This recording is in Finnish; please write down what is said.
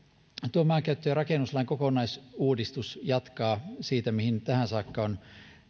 tuo maankäyttö ja rakennuslain kokonaisuudistus jatkaa siitä mihin tähän saakka on